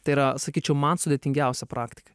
tai yra sakyčiau man sudėtingiausia praktika